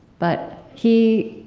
but, he,